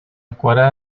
escuela